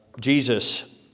Jesus